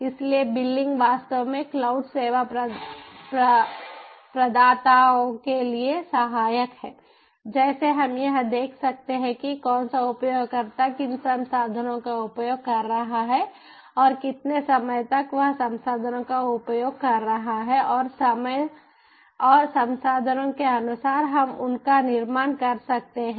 इसलिए बिलिंग वास्तव में क्लाउड सेवा प्रदाताओं के लिए सहायक है जैसे हम यह देख सकते हैं कि कौन सा उपयोगकर्ता किन संसाधनों का उपयोग कर रहा है और कितने समय तक वह संसाधनों का उपयोग कर रहा है और समय और संसाधनों के अनुसार हम उनका निर्माण कर सकते हैं